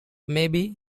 maybe